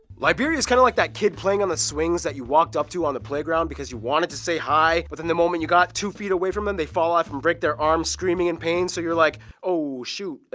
liberia's kind of like that kid playing on the swings that you walked up to on the playground because you wanted to say hi. but then the moment you got two feet away from him, they fall off and break their arms screaming in pain so you're like oh shoo,